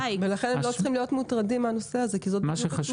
לכן הם לא צריכים להיות מוטרדים מהנושא הזה כי זאת בדיוק התשובה.